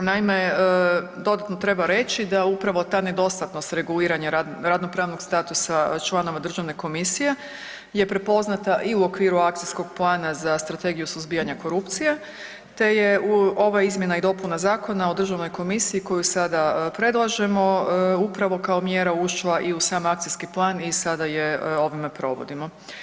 Naime, dodatno treba reći da upravo ta nedostatnost reguliranja radno pravnog statusa članova državne komisije je prepoznata i u okviru akcijskog plana za strategiju suzbijanja korupcije te je ova izmjena i dopuna zakona o državnoj komisiji koju sada predlažemo upravo kao mjera ušla i u sam akcijski plan i sada je ovime provodimo.